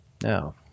Now